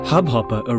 Hubhopper